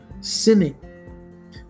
sinning